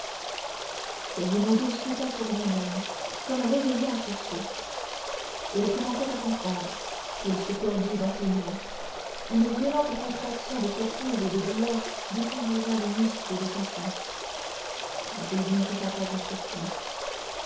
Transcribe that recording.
quasimodo sauta sur lui-même comme réveillé en sursaut il commençait à comprendre il se tordit dans ses liens une violente contraction de surprise et de douleur décomposa les muscles de sa face mais il ne jeta pas un soupir